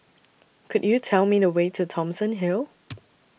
Could YOU Tell Me The Way to Thomson Hill